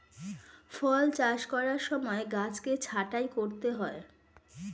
ফল চাষ করার সময় গাছকে ছাঁটাই করতে হয়